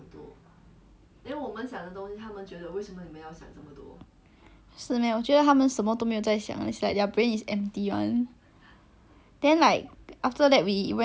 then like after that we went to funan mall then err we walk around then afterwards we sit down somewhere then he keep watching videos so I was like